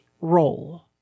role